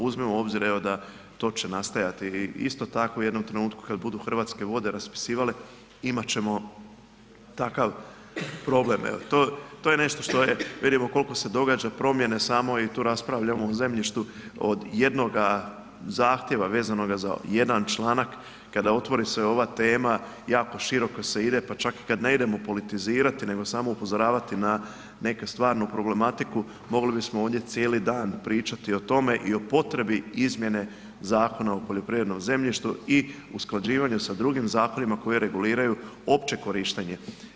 Uzmimo u obzir da to će nastajati i isto tako u jednom trenutku kad budu Hrvatske vode raspisivale, imat ćemo takav problem i to je nešto što je, vidimo koliko se događa promjene samo i tu raspravljamo o zemljištu od jednoga zahtjeva vezano za jedan članak kada otvori se ova tema, jako široko se ide, pa čak i kad ne idemo politizirati nego samo upozoravati na neku stvarnu problematiku, mogli bismo ovdje cijeli dan pričati o tome i o potrebi izmjene Zakona o poljoprivrednom zemljištu i usklađivanju sa drugim zakonima koji reguliraju opće korištenje.